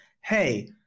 hey